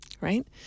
right